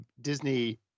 Disney